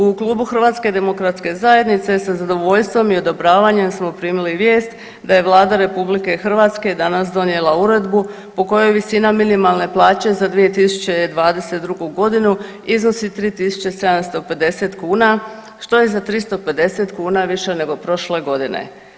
U Klubu HDZ-a sa zadovoljstvom i odobravanjem smo primili vijest da je Vlada RH danas donijela uredbu u kojoj visina minimalne plaće za 2022. godinu iznosi 3.750 kuna što je za 350 kuna više nego prošle godine.